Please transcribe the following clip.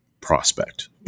prospect